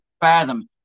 fathom